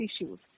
issues